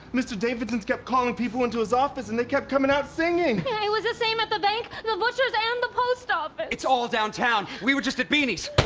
mr. davidson's kept calling people into his office and they kept coming out singing! and it was the same at the bank, the butchers, and the post office. but it's all downtown, we were just at beanies!